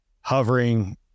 hovering